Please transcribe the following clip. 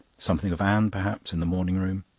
something of anne, perhaps, in the morning-room.